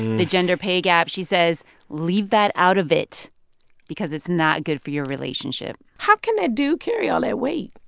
the gender pay gap she says leave that out of it because it's not good for your relationship how can a dude carry the all that weight?